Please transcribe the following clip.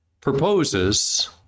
proposes